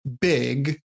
big